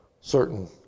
certain